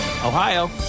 Ohio